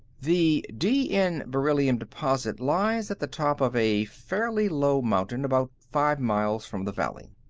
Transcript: the d n beryllium deposit lies at the top of a fairly low mountain about five miles from the valley.